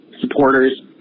supporters